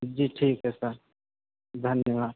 जी ठीक है सर धन्यवाद